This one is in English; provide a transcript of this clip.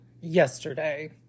yesterday